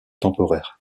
temporaire